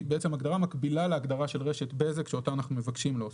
שהיא בעצם הגדרה מקבילה להגדרה של רשת בזק שאותה אנחנו מבקשים להוסיף.